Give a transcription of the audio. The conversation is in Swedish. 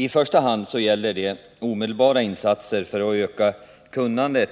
I första hand gäller det omedelbara insatser för att öka kunnandet